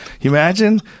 Imagine